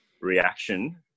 reaction